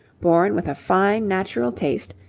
born with a fine natural taste,